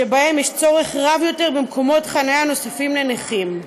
שבהם יש צורך רב יותר במקומות חניה נוספים לנכים.